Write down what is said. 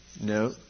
No